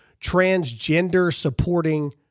transgender-supporting